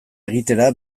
egitera